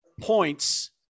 points